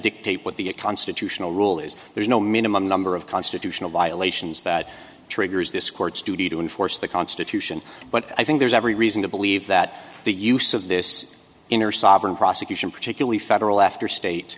dictate what the constitutional rule is there's no minimum number of constitutional violations that triggers this court's duty to enforce the constitution but i think there's every reason to believe that the use of this inner sovereign prosecution particularly federal after state